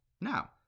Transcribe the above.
Now